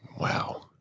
Wow